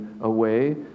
away